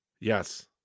Yes